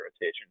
rotation